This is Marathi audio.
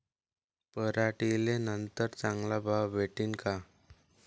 पराटीले नंतर चांगला भाव भेटीन का?